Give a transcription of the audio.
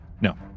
No